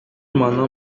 m’en